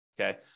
Okay